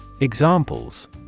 Examples